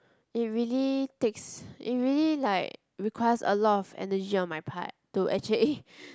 it really takes it really like requires a lot of energy on my part to actually eh